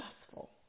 successful